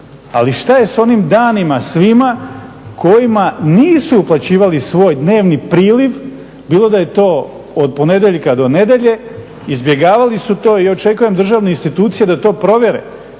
ali što je s onim danima svima kojima nisu uplaćivali svoj dnevni priliv, bilo da je to od ponedjeljka do nedjelje, izbjegavali su to i očekujem državne institucije da to provjere.